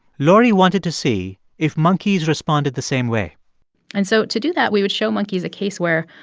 laurie wanted to see if monkeys responded the same way and so to do that, we would show monkeys a case where,